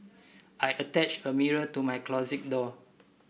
I attached a mirror to my closet door